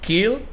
Kill